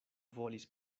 volis